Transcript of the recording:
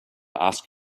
ask